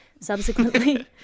Subsequently